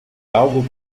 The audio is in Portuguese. algo